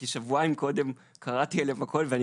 כי שבועיים קודם קראתי עליהם הכל ואני